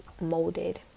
molded